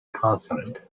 consonant